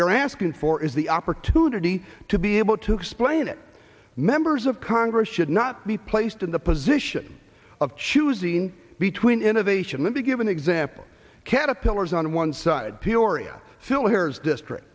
we're asking for is the opportunity to be able to explain it members of congress should not be placed in the position of choosing between innovation let me give an example caterpillars on one side peoria phil here's district